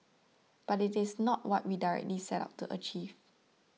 but it is not what we directly set out to achieve